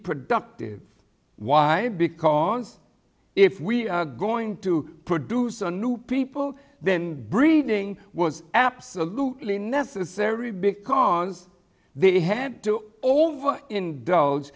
productive why because if we are going to produce a new people then breeding was absolutely necessary because they had to over in